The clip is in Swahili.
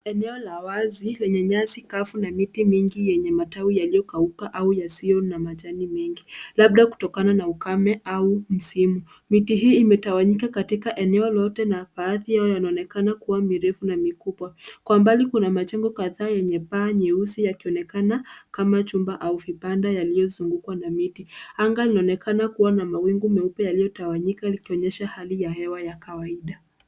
Eneo la wazi lenye nyasi kavu na miti mingi yenye matawi yaliyokauka au yasiyo na majani mengi labda kutokana na ukame au msimu. Miti hii imetawanyika katika eneo lolote na baadhi yao yanaonekana kuwa mirefu na mikubwa. Kwa mbali kuna majengo kadhaa yenye paa nyeusi yakionekana kama chumba au vibanda yaliyozungukwa na miti. Anga linaonekana kuona mawingu meupe yaliyotawanyika likionyesha hali ya hewa ya kawaida.